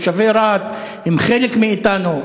תושבי רהט הם חלק מאתנו,